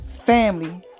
family